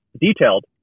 detailed